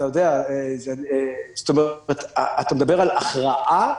זאת אומרת, אתה מדבר על הכרעה?